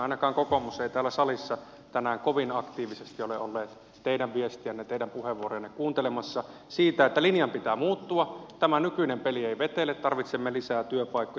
ainakaan kokoomus ei täällä salissa tänään kovin aktiivisesti ole ollut teidän viestiänne teidän puheenvuorojanne kuuntelemassa siitä että linjan pitää muuttua tämä nykyinen peli ei vetele tarvitsemme lisää työpaikkoja